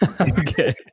Okay